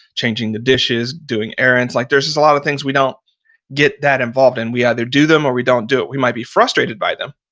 changing the dishes, doing errands. like there's just a lot of things we don't get that involved in. we either do them or we don't do it. we might be frustrated by them,